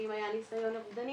שאם היה ניסיון אובדני,